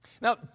now